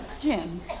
Jim